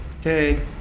Okay